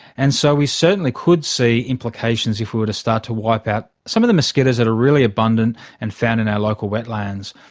and so we certainly could see implications if we were to start to wipe out some of the mosquitoes that are really abundant and found in our local wetlands.